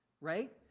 right